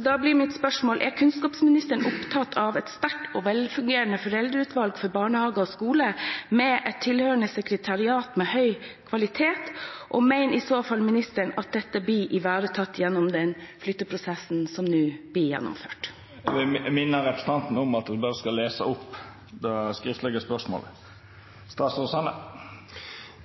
Da blir mitt spørsmål: «Er statsråden opptatt av å ha et sterkt og velfungerende foreldreutvalg for barnehage og skole med tilhørende sekretariat med høy kvalitet, og mener i så fall statsråden at dette blir ivaretatt gjennom den flytteprosessen som nå gjennomføres?» Presidenten minner representanten om at ho berre skal lesa opp det skriftlege spørsmålet.